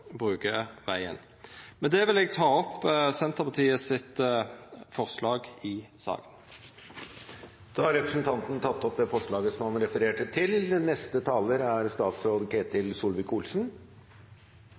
bruker vegen. Med det vil eg ta opp Senterpartiet sitt forslag i saka. Representanten Geir Pollestad har tatt opp det forslaget han refererte til. Dette er,